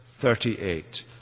38